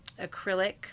acrylic